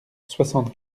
soixante